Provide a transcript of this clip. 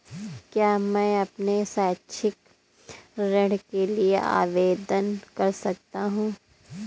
क्या मैं अपने शैक्षिक ऋण के लिए आवेदन कर सकता हूँ?